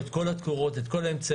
יש לו את כל התקורות, את כל האמצעים.